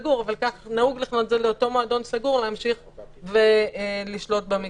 אבל כך נהוג לכנות את זה לאותו מועדון סגור להמשיך לשלוט במגרש.